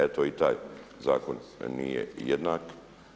Eto i taj zakon nije jednak.